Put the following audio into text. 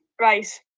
Right